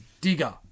Digger